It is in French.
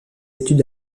études